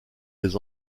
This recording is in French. des